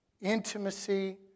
intimacy